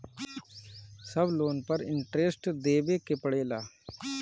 सब लोन पर इन्टरेस्ट देवे के पड़ेला?